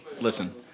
listen